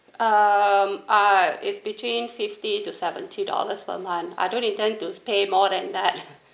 um uh is between fifty to seventy dollars per month I don't intend to pay more than that